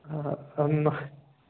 ହଁ